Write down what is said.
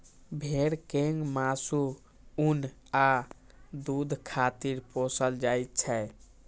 भेड़ कें मासु, ऊन आ दूध खातिर पोसल जाइ छै